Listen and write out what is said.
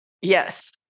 yes